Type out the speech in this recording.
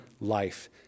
life